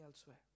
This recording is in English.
elsewhere